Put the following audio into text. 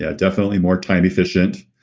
yeah definitely more time efficient